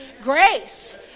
grace